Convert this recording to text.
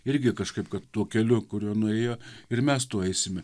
irgi kažkaip kad tuo keliu kuriuo nuėjo ir mes tuoj eisime